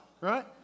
right